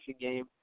game